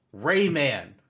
Rayman